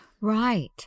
Right